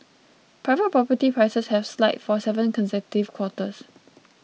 private property prices have slide for seven consecutive quarters